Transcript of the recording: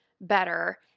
better